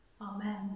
Amen